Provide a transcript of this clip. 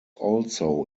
also